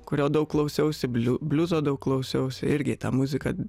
kurio daug klausiausi bliu bliuzo daug klausiausi irgi ta muzika